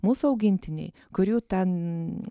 mūsų augintiniai kurių ten